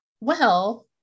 Well-